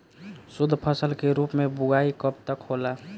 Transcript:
शुद्धफसल के रूप में बुआई कब तक होला?